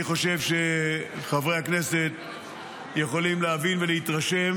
אני חושב שחברי הכנסת יכולים להבין ולהתרשם